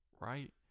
right